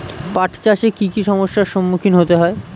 পাঠ চাষে কী কী সমস্যার সম্মুখীন হতে হয়?